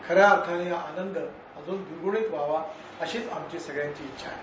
खऱ्या अर्थाने आनंद द्विग्रुणित व्हावा अशीच आमची सगळ्यांची इच्छा आहे